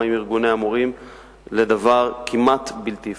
עם ארגוני המורים לדבר כמעט בלתי אפשרי.